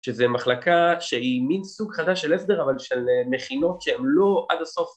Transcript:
שזו מחלקה שהיא מין סוג חדש של הסדר אבל של מכינות שהם לא עד הסוף